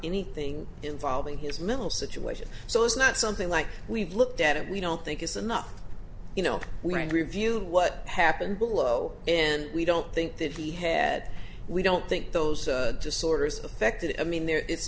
anything involving his mental situation so it's not something like we've looked at it we don't think it's enough you know when reviewing what happened below and we don't the that the head we don't think those disorders affected i mean they're i